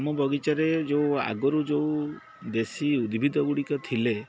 ଆମ ବଗିଚାରେ ଯେଉଁ ଆଗରୁ ଯେଉଁ ଦେଶୀ ଉଦ୍ଭିଦ ଗୁଡ଼ିକ ଥିଲେ